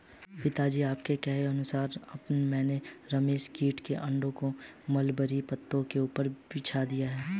पिताजी आपके कहे अनुसार मैंने रेशम कीट के अंडों को मलबरी पत्तों के ऊपर बिछा दिया है